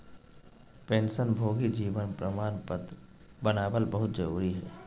पेंशनभोगी जीवन प्रमाण पत्र बनाबल बहुत जरुरी हइ